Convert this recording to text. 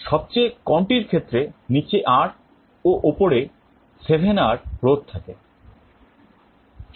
সবচেয়ে কমটির ক্ষেত্রে নিচে R ও উপরে 7R রোধ থাকে